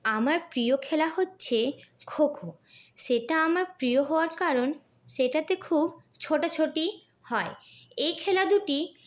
আমার প্রিয় খেলা হচ্ছে খো খো সেটা আমার প্রিয় হওয়ার কারণ সেটাতে খুব ছোটাছুটি হয় এই খেলা দুটি